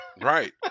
Right